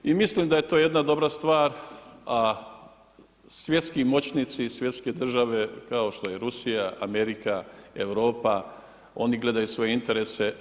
I mislim da je to jedna dobra stvar, a svjetski moćnici, svjetske države kao što je Rusija, Amerika, Europa oni gledaju svoje interese.